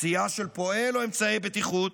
פציעה של פועל או אמצעי בטיחות?